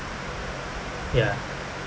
ya